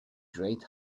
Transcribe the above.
great